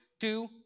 Two